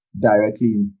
directly